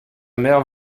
mère